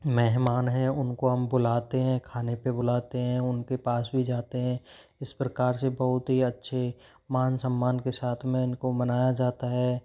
मेहमान हैं उनको हम बुलाते हैं खाने पे बुलाते हैं उनके पास भी जाते हैं इस प्रकार से बहुत ही अच्छे मान सम्मान के साथ में इनको मनाया जाता है